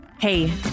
Hey